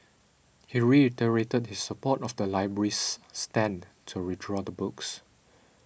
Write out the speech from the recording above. he reiterated his support of the library's stand to withdraw the books